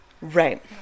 Right